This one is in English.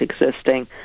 existing